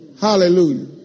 Hallelujah